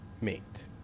mate